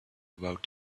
about